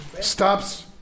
stops